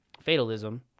fatalism